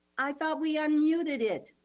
i thought we unmuted it.